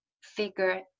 figure